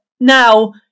Now